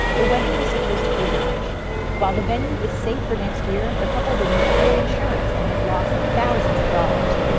the wedding was supposed to be in march while the venue is safe for next year. the couple did not get insurance and has lost thousands of dollars.